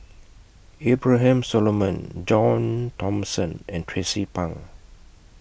Abraham Solomon John Thomson and Tracie Pang